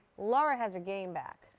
laura has her game back.